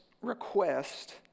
request